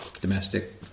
domestic